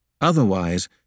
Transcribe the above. Otherwise